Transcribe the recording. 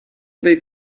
they